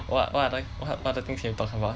what what what what other things you talking about